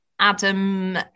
Adam